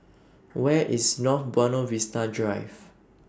Where IS North Buona Vista Drive